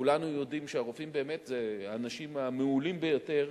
כולנו יודעים שהרופאים באמת הם האנשים המעולים ביותר,